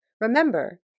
Remember